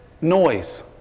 noise